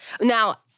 now